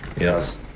Yes